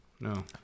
No